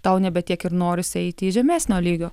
tau nebe tiek ir norisi eiti į žemesnio lygio